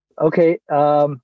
Okay